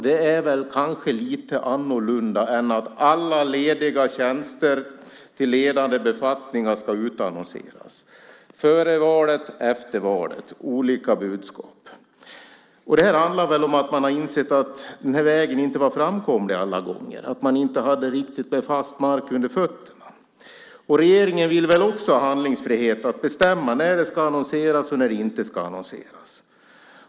Det är kanske lite annorlunda än att alla lediga tjänster till ledande befattningar ska utannonseras. Det är olika budskap före valet och efter valet. Det handlar väl om att man har insett att den här vägen inte var framkomlig alla gånger och att man inte hade riktigt fast mark under fötterna. Regeringen vill väl också ha handlingsfrihet att bestämma när det ska annonseras och när det inte ska annonseras.